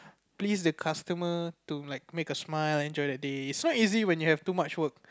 please the customer to like make smile enjoy their day so easy when you have too much work